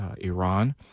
Iran